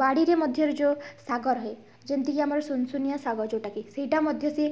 ବାଡ଼ିରେ ମଧ୍ୟ ଯେଉଁ ଶାଗ ରହେ ଯେମତି କି ଆମର ସୁନ୍ ସୁନିଆ ଶାଗ ଯେଉଁଟା କି ସେଇଟା ମଧ୍ୟ ସିଏ